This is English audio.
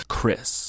Chris